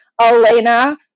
Elena